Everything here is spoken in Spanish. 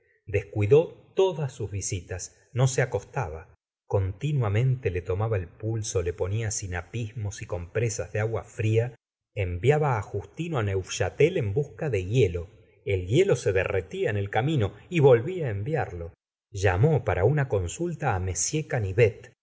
descuidó todas sus visitas no se acostaba continuamente le tomaba el pulso le ponía sinapismos y compresas de agua fria envía ba á j ustino á n eufchatel en busca de hielo el hielo se derretía en el camino y volvía á enviarlo llamó para una consulta á m